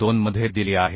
2 मध्ये दिली आहे